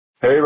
Hey